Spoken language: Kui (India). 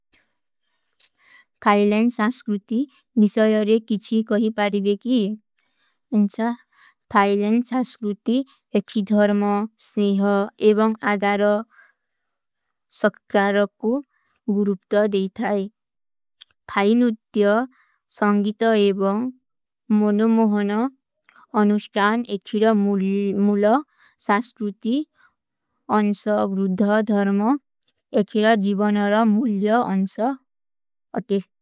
ଖାଈଲେଂ ସାସ୍କୁରୁତି ନିଶଯରେ କିଛୀ କହୀ ପାରିଵେକୀ ଉନ୍ଛା। ଖାଈଲେଂ ସାସ୍କୁରୁତି ଏକ୍ଖୀ ଧର୍ମ, ସ୍ନେହ, ଏବଂଗ ଆଗର ସକ୍କାରକୂ ଗୁରୁପ୍ତ ଦେଥାଈ। ଖାଈଲେଂ ସାସ୍କୁରୁତି ନିଶଯରେ କିଛୀ କହୀ ପାରିଵେକୀ ଉନ୍ଛା।